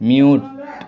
mute